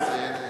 מה זה,